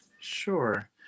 Sure